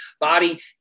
body